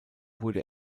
wurde